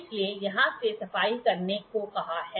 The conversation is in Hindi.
इसलिए यहां से सफाई करने को कहा है